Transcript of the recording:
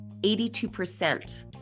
82%